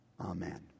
Amen